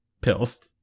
pills